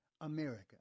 America